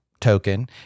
token